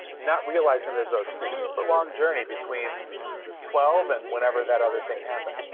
not realizing there's a super long journey between twelve and whenever that other thing happened.